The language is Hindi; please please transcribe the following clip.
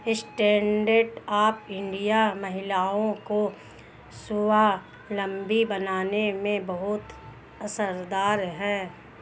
स्टैण्ड अप इंडिया महिलाओं को स्वावलम्बी बनाने में बहुत असरदार है